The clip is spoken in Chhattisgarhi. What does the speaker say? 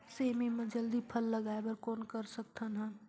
सेमी म जल्दी फल लगाय बर कौन कर सकत हन?